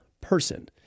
person